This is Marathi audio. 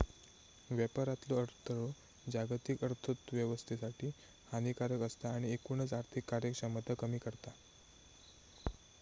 व्यापारातलो अडथळो जागतिक अर्थोव्यवस्थेसाठी हानिकारक असता आणि एकूणच आर्थिक कार्यक्षमता कमी करता